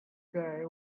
gay